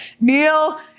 Neil